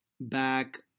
back